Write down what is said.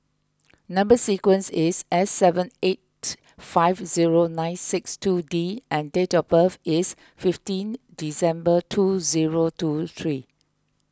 Number Sequence is S seven eight five zero nine six two D and date of birth is fifteen December two zero two three